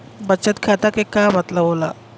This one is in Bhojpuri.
बचत खाता के का मतलब होला?